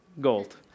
gold